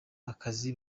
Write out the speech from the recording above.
akazi